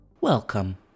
Welcome